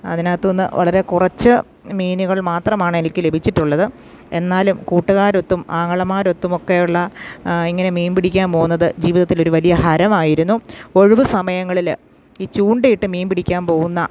അതിനകത്തുനിന്ന് വളരെ കുറച്ചു മീനുകൾ മാത്രമാണ് എനിക്ക് ലഭിച്ചിട്ടുള്ളത് എന്നാലും കൂട്ടുകാരൊത്തും ആങ്ങളമാരൊത്തുമൊക്കെയുള്ള ഇങ്ങനെ മീൻ പിടിക്കാൻ പോകുന്നത് ജീവിതത്തിലൊരു വലിയ ഹരമായിരുന്നു ഒഴിവു സമയങ്ങളിൽ ഈ ചൂണ്ടയിട്ട് മീൻ പിടിക്കാൻ പോകുന്ന